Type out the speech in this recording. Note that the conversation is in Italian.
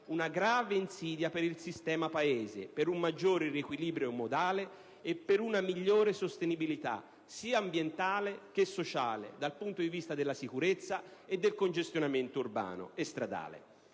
una grave insidia per il sistema Paese, per un maggiore riequilibrio modale e per una migliore sostenibilità, sia ambientale che sociale, dal punto di vista della sicurezza e del congestionamento urbano e stradale.